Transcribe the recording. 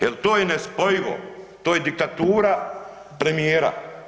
Jer to je nespojivo, to je diktatura premijera.